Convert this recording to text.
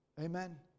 Amen